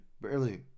Barely